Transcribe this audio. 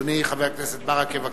אדוני חבר הכנסת ברכה, בבקשה.